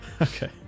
Okay